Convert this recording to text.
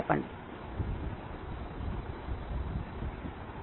అది సూటిగా ముందుకు ఉంటుంది